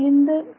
இந்த 3